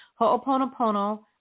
Ho'oponopono